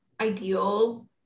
ideal